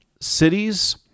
cities